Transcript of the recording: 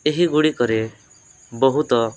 ଏହି ଗୁଡ଼ିକରେ ବହୁତ